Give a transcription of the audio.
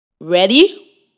Ready